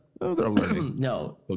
no